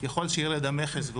ככל שירד המכס,